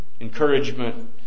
encouragement